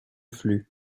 flux